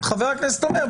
חה"כ אומר,